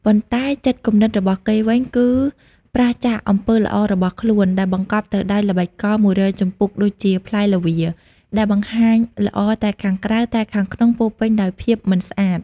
ប៉ុន្តែចិត្តគំនិតរបស់គេវិញ គឺប្រាសចាកអំពើល្អរបស់ខ្លួន ដែលបង្កប់ទៅដោយល្បិចកល១០០ជំពូកដូចជាផ្លែល្វា ដែលបង្ហាញល្អតែខាងក្រៅ តែខាងក្នុងពោពេញដោយភាពមិនស្អាត។